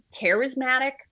charismatic